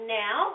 now